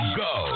go